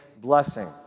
blessing